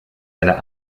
einer